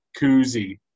koozie